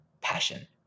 passion